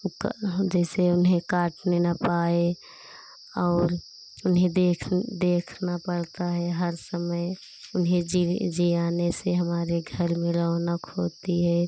उका हाँ जैसे उन्हें काटने ना पाए और उन्हें देख देखना पड़ता है हर समय उन्हें जियाने से हमारे घर में रौनक होती है